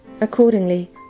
Accordingly